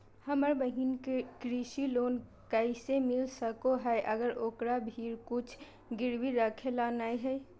हमर बहिन के कृषि लोन कइसे मिल सको हइ, अगर ओकरा भीर कुछ गिरवी रखे ला नै हइ?